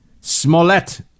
Smollett